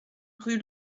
rue